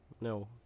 No